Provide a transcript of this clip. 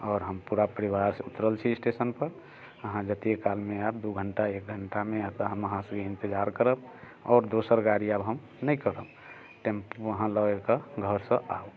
आओर हम पूरा परिवारसँ उतरल छी स्टेशनपर अहाँ जते कालमे आयब दू घण्टा एक घण्टामे एतऽ हम अहाँ सभके इन्तजार करब आओर दोसर गाड़ी आब हम नहि करब टेम्पू अहाँ लए कऽ घरसँ आउ